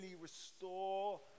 restore